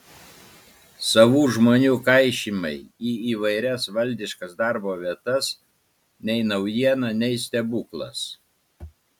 savų žmonių kaišymai į įvairias valdiškas darbo vietas nei naujiena nei stebuklas